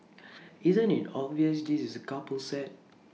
isn't IT obvious this is A couple set